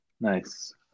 Nice